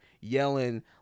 yelling